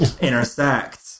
intersect